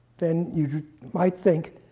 then you might think,